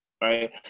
right